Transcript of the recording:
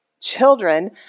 children